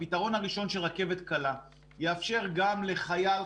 הפתרון הראשון של רכבת קלה יאפשר גם לחייל,